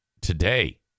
today